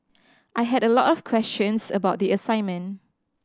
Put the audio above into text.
I had a lot of questions about the assignment